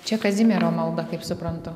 čia kazimiero malda kaip suprantu